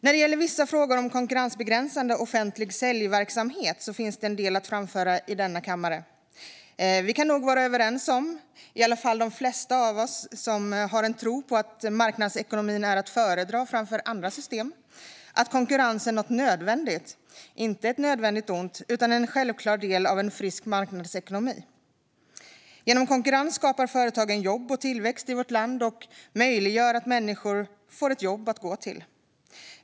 När det gäller vissa frågor om konkurrensbegränsande offentlig säljverksamhet finns det en del att framföra i denna kammare. Vi kan nog vara överens om att konkurrens är något nödvändigt, i alla fall de flesta av oss som har en tro på att marknadsekonomi är att föredra framför andra system. Det är inte ett nödvändigt ont utan en självklar del av en frisk marknadsekonomi. Genom konkurrens skapar företagen jobb och tillväxt i vårt land samt möjliggör att människor får ett jobb att gå till.